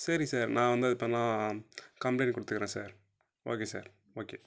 சரி சார் நான் வந்து அது பேரென்னா கம்ப்ளைன்ட் கொடுத்துக்கறேன் சார் ஓகே சார் ஓகே